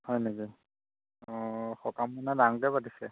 হয় নেকি অঁ সকাম মানে ডাঙৰকে পাতিছে